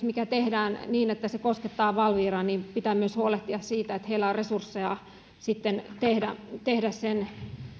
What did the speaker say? mikä tehdään niin että se koskettaa valviraa pitää myös huolehtia siitä että heillä on resursseja sitten tehdä tehdä sen